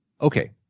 Okay